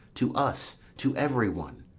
to us, to every one.